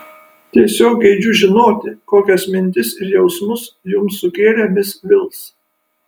tiesiog geidžiu žinoti kokias mintis ir jausmus jums sukėlė mis vils